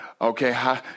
okay